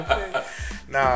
Nah